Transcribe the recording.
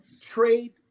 trade